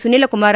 Sunil Kumar